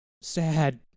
sad